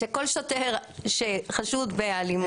שכל שוטר שחשוד באלימות,